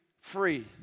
free